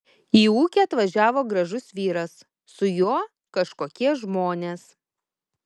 į ūkį atvažiavo gražus vyras su juo kažkokie žmonės